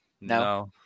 No